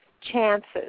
chances